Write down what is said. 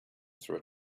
through